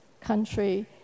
country